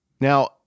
Now